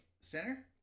center